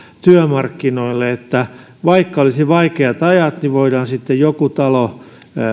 työmarkkinoille että vaikka olisi vaikeat ajat niin voidaan sitten joku talo